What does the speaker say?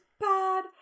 bad